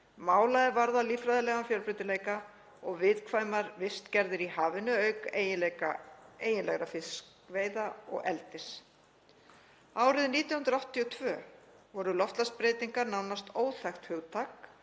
mála er varða líffræðilegan fjölbreytileika og viðkvæmar vistgerðir í hafinu auk eiginlegra fiskveiða og -eldis. Árið 1982 voru loftslagsbreytingar nánast óþekkt hugtak